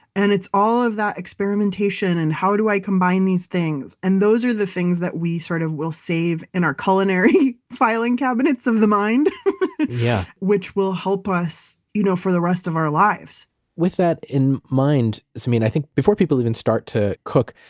and it's all of that experimentation and how do i combine these things? and those are the things that we sort of will save in our culinary filing cabinets of the mind and yeah which will help us you know for the rest of our lives with that in mind, samin, i think before people even start to cook,